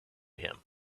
him